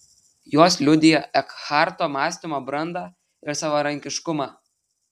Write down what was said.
jos liudija ekharto mąstymo brandą ir savarankiškumą